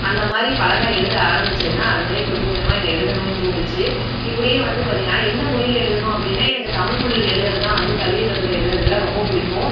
அந்தமாதிரி பழக எழுத ஆரம்பிச்சதுதான் அதுவே கொஞ்ச கொஞ்சமாக என்னை எழுதணுன்னு தூண்டுச்சு இப்படியே வந்து பார்த்தீங்கன்னா எந்த மொழியில் எழுதணும் அப்படின்னா எனக்கு தமிழ் மொழியில் எழுதுறதுதான் வந்து கவிதை கட்டுரை எழுதுறதல்லாம் ரொம்ப பிடிக்கும்